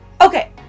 Okay